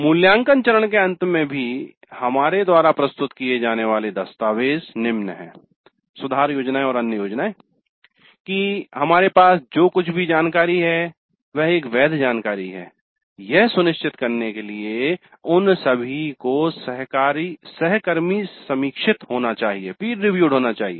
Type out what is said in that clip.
मूल्यांकन चरण के अंत में भी हमारे द्वारा प्रस्तुत किए जाने वाले दस्तावेज़ सुधार योजनाएँ और अन्य योजनाएँ निम्न है कि हमारे पास जो कुछ भी जानकारी है वह एक वैध जानकारी है यह सुनिश्चित करने के लिए उन सभी को सहकर्मी समीक्षित होना चाहिए